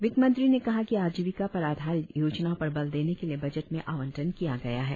वित्तमंत्री ने कहा कि आजिविका पर आधारित योजनाओं पर बल देने के लिए बजट में आवंटन किया गया है